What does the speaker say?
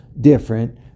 different